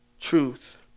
truth